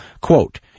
Quote